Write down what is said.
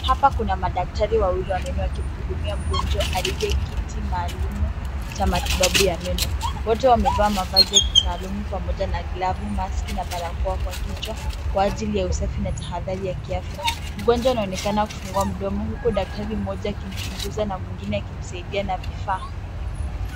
Hapa kuna madaktari wawili wakimhudumia mgonjwa aliyekiti maalumu cha matibabu ya meno. Wote wamevaa mavazi ya kitaalumu pamoja na glavu, maski, na barakoa kwa kichwa, kwa ajili ya usafi na tahadhari ya kiafya. Mgonjwa anaonekana kufungua mdomo huku daktari mmoja akimchunguza na mwingine akimsaidia na vifaa.